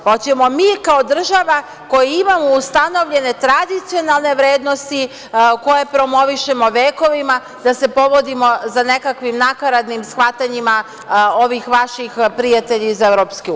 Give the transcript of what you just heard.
Hoćemo mi kako država koja ima ustanovljene tradicionalne vrednosti koje promovišemo vekovima da se povodimo za nekakvim nakaradnim shvatanjima ovih vaših prijatelja iz EU?